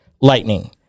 Lightning